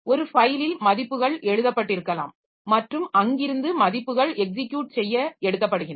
ஒரு ஃபைலில் மதிப்புகள் எழுதப்படிருக்கலாம் மற்றும் அங்கிருந்து மதிப்புகள் எக்ஸிக்யுட் செய்ய எடுக்கப்படுகின்றன